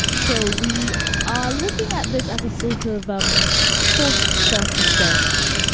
so we are looking at this as a sort of um thought first experiment